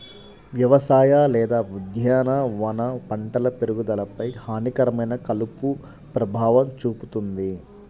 వ్యవసాయ లేదా ఉద్యానవన పంటల పెరుగుదలపై హానికరమైన కలుపు ప్రభావం చూపుతుంది